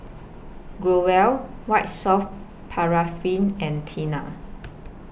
Growell White Soft Paraffin and Tena